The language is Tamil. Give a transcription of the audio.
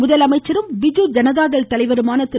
முதலமைச்சரும் பிஜு ஜனதா தள் தலைவருமான திரு